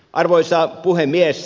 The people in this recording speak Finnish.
arvoisa puhemies